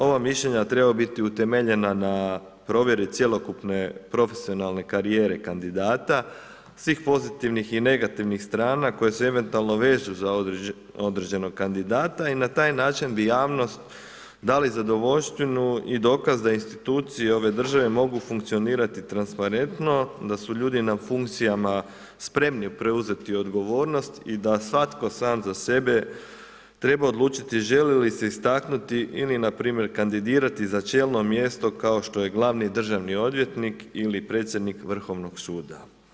Ova mišljenja trebaju biti utemeljena na provjeri cjelokupne profesionalne karijere kandidata, svih pozitivnih i negativnih strana koje se eventualno vežu za određenog kandidata i na taj način bi javnost dali zadovoljštinu i dokaz da institucije ove države mogu funkcionirati transparentno, da su ljudi na funkcijama spremni preuzeti odgovornost i da svatko sam za sebe treba odlučiti želi li se istaknuti ili npr. kandidirati za čelno mjesto kao što je glavni državni odvjetnik ili predsjednik Vrhovnog suda.